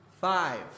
five